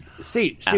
See